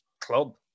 club